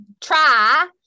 try